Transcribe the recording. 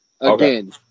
Again